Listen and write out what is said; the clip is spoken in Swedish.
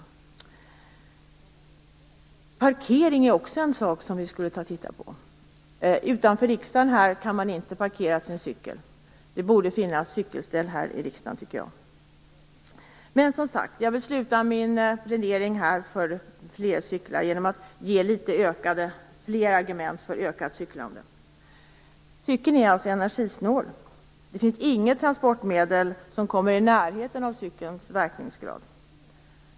Också parkeringsfrågan är något som borde titta närmare på. Man kan inte parkera sin cykel vid riksdagshuset. Jag tycker att det borde finnas cykelställ för riksdagen. Jag vill sluta min plädering genom att ge litet fler argument för ökat cyklande. Cykeln är energisnål. Inget transportmedel kommer i närheten av cykelns verkningsgrad.